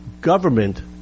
government